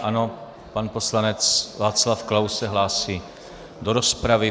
Ano, pan poslanec Václav Klaus se hlásí do rozpravy.